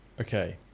Okay